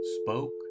spoke